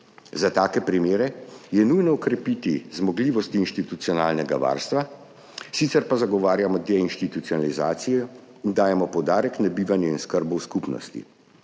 Za take primere je nujno okrepiti zmogljivosti institucionalnega varstva, sicer pa zagovarjamo deinstitucionalizacijo in dajemo poudarek na bivanje in oskrbo v skupnosti.